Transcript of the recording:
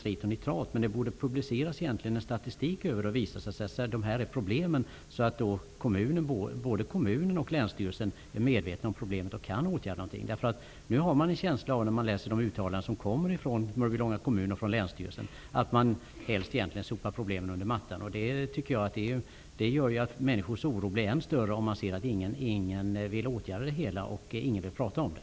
Resultaten borde i stället publiceras statistiskt, så att både kommunen och länsstyrelsen blir medvetna om problemet och kan åtgärda det. När man läser de uttalanden som kommer från Mörbylånga kommun och länsstyrelsen får man en känsla av att problemet egentligen helst sopas under mattan. Människors oro blir ju än större, om man ser att ingen vill åtgärda det och inte heller prata om det.